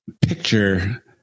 picture